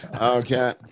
Okay